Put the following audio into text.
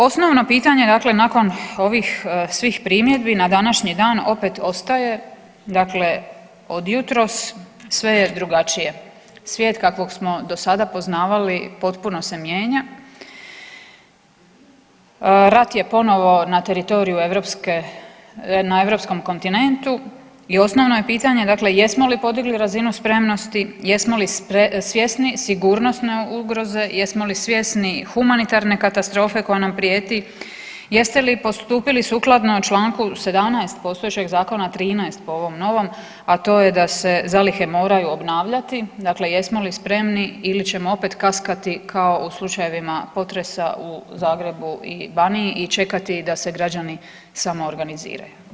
Osnovno pitanje dakle nakon ovih svih primjedbi na današnji dan opet ostaje dakle od jutros sve je drugačije, svijet kakvog smo do sada poznavali potpuno se mijenja, rat je ponovo na teritoriju europske, na europskom kontinentu i osnovno je pitanje dakle jesmo li podigli razinu spremnosti, jesmo li svjesni sigurnosne ugroze, jesmo li svjesni humanitarne katastrofe koja nam prijeti, jeste li postupili sukladno čl. 17. postojećeg zakona 13. po ovom novom, a to je da se zalihe moraju obnavljati, dakle jesmo li spremni ili ćemo opet kaskati kao u slučajevima potresa u Zagrebu i Baniji i čekati da se građani samoorganiziraju.